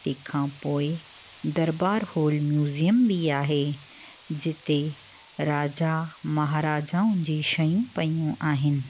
तंहिंखां पोइ दरबार हॉल म्यूजियम बि आहे जिते राजा महाराजाऊं जी शयूं पियूं आहिनि